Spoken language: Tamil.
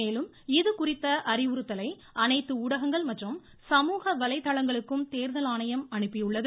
மேலும் இதுகுறித்த அறிவுறுத்தலை அனைத்து ஊடகங்கள் மற்றும் சமூக வலைதளங்களுக்கும் தேர்தல் ஆணையம் அனுப்பியுள்ளது